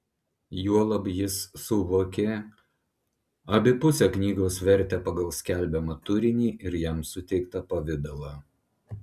juolab jis suvokė abipusę knygos vertę pagal skelbiamą turinį ir jam suteiktą pavidalą